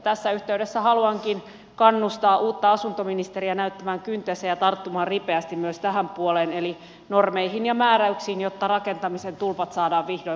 tässä yhteydessä haluankin kannustaa uutta asuntoministeriä näyttämään kyntensä ja tarttumaan ripeästi myös tähän puoleen eli normeihin ja määräyksiin jotta rakentamisen tulpat saadaan vihdoin poistettua